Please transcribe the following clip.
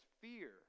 fear